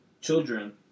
children